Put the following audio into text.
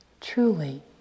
truly